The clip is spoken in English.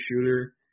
shooter